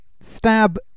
stab